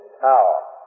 power